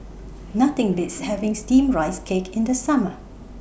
Nothing Beats having Steamed Rice Cake in The Summer